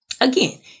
Again